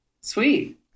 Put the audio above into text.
Sweet